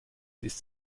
ist